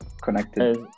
connected